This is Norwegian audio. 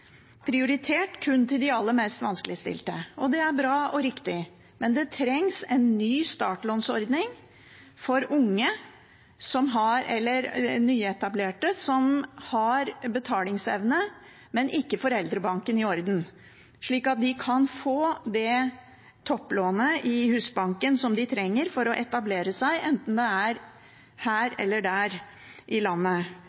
til kun de aller mest vanskeligstilte. Det er bra og riktig, men det trengs en ny startlånsordning for nyetablerte som har betalingsevne, men som ikke har «foreldrebanken» i orden, slik at de kan få det topplånet i Husbanken som de trenger for å etablere seg, enten det er her